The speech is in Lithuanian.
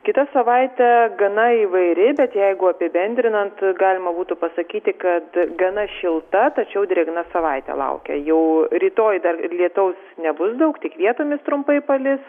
kita savaitė gana įvairi bet jeigu apibendrinant galima būtų pasakyti kad gana šilta tačiau drėgna savaitė laukia jau rytoj dar lietaus nebus daug tik vietomis trumpai palis